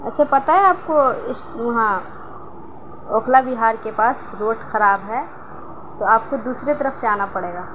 اچھا پتہ ہے آپ کو وہاں اوکھلا وہار کے پاس روڈ خراب ہے تو آپ کو دوسرے طرف سے آنا پڑے گا